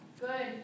Good